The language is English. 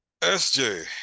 sj